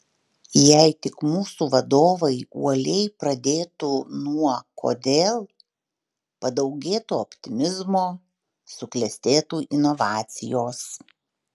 jei tik mūsų vadovai uoliai pradėtų nuo kodėl padaugėtų optimizmo suklestėtų inovacijos